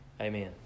Amen